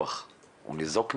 הוא ניזוק מזה?